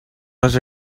les